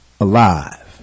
alive